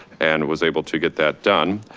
and was able to get that done.